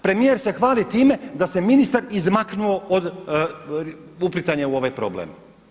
Premijer se hvali time da se ministar izmaknuo od uplitanja u ovaj problem.